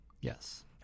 Yes